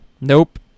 Nope